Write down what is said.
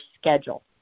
schedule